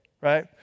right